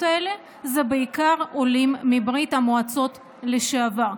האלה זה בעיקר עולים מברית המועצות לשעבר.